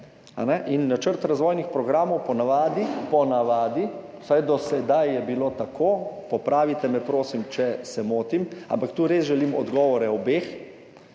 In načrt razvojnih programov po navadi, po navadi, vsaj do sedaj je bilo tako, popravite me, prosim, če se motim, ampak tu res želim odgovore obeh,